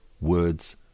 words